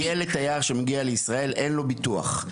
ילד תייר שמגיע לישראל, אין לו ביטוח.